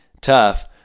tough